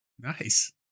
Nice